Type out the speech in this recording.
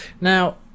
Now